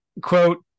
Quote